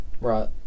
Right